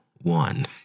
one